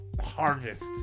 harvest